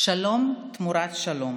שלום תמורת שלום